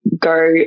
go